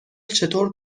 چطور